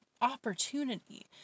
opportunity